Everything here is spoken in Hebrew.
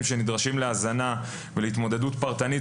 שנדרשים להזנה ולהתמודדות פרטנית,